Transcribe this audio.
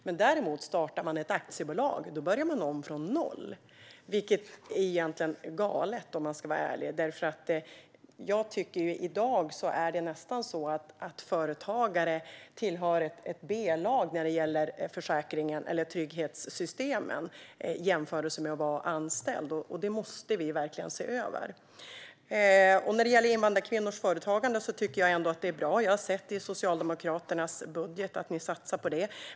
Startar man däremot ett aktiebolag börjar man om från noll, vilket egentligen är galet, om man ska vara ärlig. I dag är det nästan så att företagare tillhör ett B-lag när det gäller trygghetssystemen i jämförelse med anställda. Detta måste vi verkligen se över. När det gäller invandrarkvinnors företagande tycker jag att det är bra. Jag har sett i Socialdemokraternas budget att ni satsar på det.